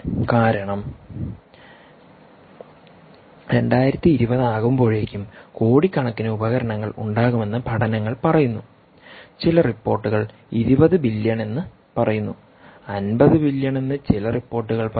കാരണം 2020 ആകുമ്പോഴേക്കും കോടിക്കണക്കിന് ഉപകരണങ്ങൾ ഉണ്ടാകുമെന്ന് പഠനങ്ങൾ പറയുന്നു ചില റിപ്പോർട്ടുകൾ 20 ബില്ല്യൺ എന്ന് പറയുന്നു 50 ബില്ല്യൺ എന്ന് ചില റിപ്പോർട്ടുകൾ പറയുന്നു